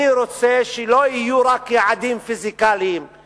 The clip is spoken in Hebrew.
אני רוצה שלא יהיו רק יעדים פיסקליים,